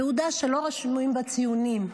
תעודה שלא רשומים בה ציונים.